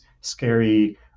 scary